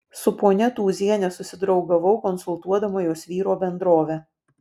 su ponia tūziene susidraugavau konsultuodama jos vyro bendrovę